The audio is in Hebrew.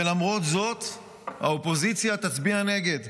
ולמרות זאת האופוזיציה תצביע נגד.